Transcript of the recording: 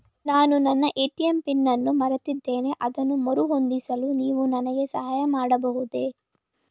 ನಾನು ನನ್ನ ATM PIN ಅನ್ನು ಮರೆತಿದ್ದೇನೆ ಅದನ್ನು ಮರುಹೊಂದಿಸಲು ನೀವು ನನಗೆ ಸಹಾಯ ಮಾಡಬಹುದೇ?